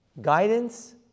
guidance